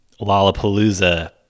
Lollapalooza